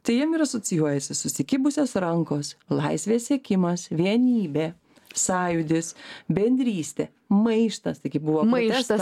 tai jiem ir asocijuojasi susikibusios rankos laisvės siekimas vienybė sąjūdis bendrystė maištas taigi buvo maištas